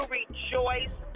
rejoice